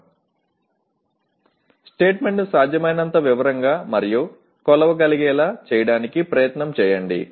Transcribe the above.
CO స్టేట్మెంట్ను సాధ్యమైనంత వివరంగా మరియు కొలవగలిగేలా చేయడానికి ప్రయత్నం చేయండి